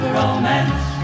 romance